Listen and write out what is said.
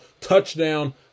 Touchdown